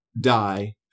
die